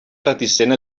reticent